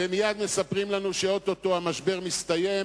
ומייד מספרים לנו שאו-טו-טו המשבר מסתיים,